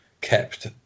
kept